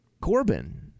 Corbin